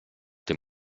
dem